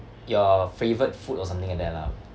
your favorite food or something like that lah